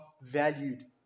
valued